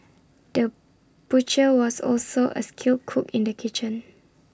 the butcher was also A skilled cook in the kitchen